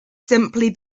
simply